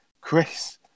Chris